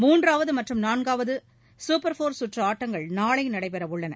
மூன்றாவது மற்றும் நான்காவது சூப்பர் நான்கு சுற்று ஆட்டங்கள் நாளை நடைபெறவுள்ளது